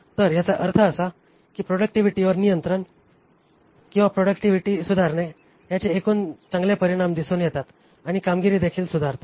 तर याचा अर्थ असा की प्रॉडक्टिव्हिटीवर नियंत्रण किंवा प्रॉडक्टिव्हिटी सुधारणे याचे एकूणच चांगले परिणाम दिसून येतात आणि कामगिरीदेखील सुधारते